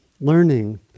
learning